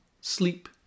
sleep